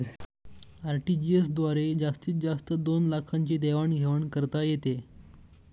RTGS द्वारे जास्तीत जास्त दोन लाखांची देवाण घेवाण करता येते